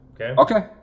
Okay